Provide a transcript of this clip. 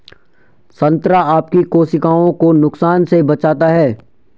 संतरा आपकी कोशिकाओं को नुकसान से बचाता है